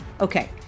Okay